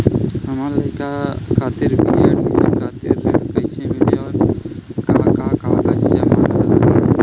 हमार लइका खातिर बी.ए एडमिशन खातिर ऋण कइसे मिली और का का कागज आ जमानत लागी?